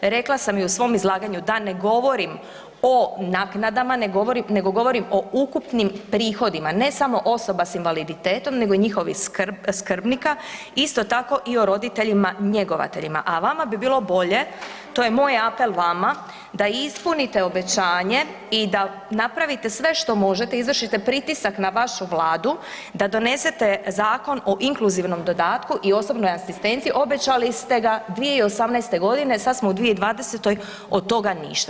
Rekla sam i u svom izlaganju da ne govorim o naknadama, nego govorim o ukupnim prihodima, ne samo osoba s invaliditetom nego i njihovih skrbnika, isto tako i o roditeljima njegovateljima, a vama bi bilo bolje, to je moj apel vama, da ispunite obećanje i da napravite sve što možete, izvršite pritisak na vašu vladu da donesete Zakon o inkluzivnom dodatku i osobnoj asistenciji, obećali ste ga 2018.g., sad smo u 2020., od toga ništa.